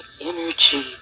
energy